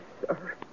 sir